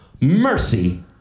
mercy